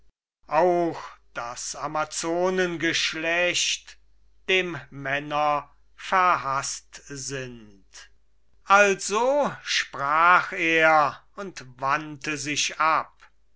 auch das amazonengeschlecht dem männer verhaßt sind also sprach er und wandte sich ab